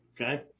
okay